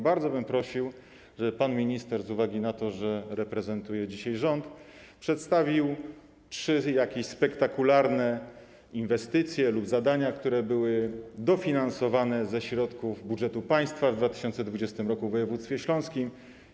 Bardzo bym prosił, żeby pan minister, z uwagi na to, że reprezentuje dzisiaj rząd, przedstawił jakieś trzy spektakularne inwestycje lub zadania, które były dofinansowane ze środków budżetu państwa w 2020 r. w województwie śląskim.